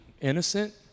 innocent